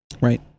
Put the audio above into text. Right